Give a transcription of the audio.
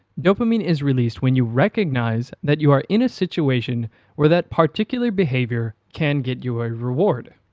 dopamine is released when you recognize that you are in a situation where that particular behavior can get you a reward.